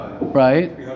Right